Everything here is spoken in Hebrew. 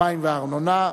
המים והארנונה.